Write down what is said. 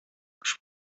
очып